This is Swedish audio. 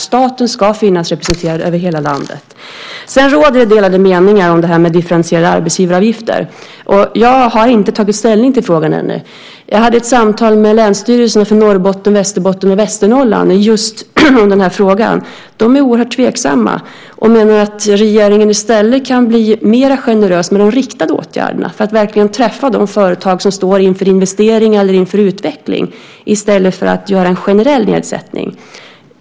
Staten ska finnas representerad över hela landet. Sedan råder det delade meningar om differentierade arbetsgivaravgifter. Jag har inte tagit ställning till frågan ännu. Jag hade ett samtal med länsstyrelserna för Norrbotten, Västerbotten och Västernorrland om just den här frågan. De är oerhört tveksamma och menar att regeringen i stället kan bli mer generös med de riktade åtgärderna för att verkligen träffa de företag som står inför investeringar eller inför utveckling i stället för att göra en generell nedsättning.